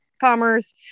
commerce